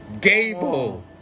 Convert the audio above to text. Gable